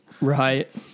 right